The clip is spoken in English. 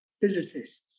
physicists